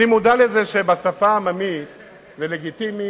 אני מודע לזה שבשפה העממית זה לגיטימי